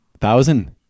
thousand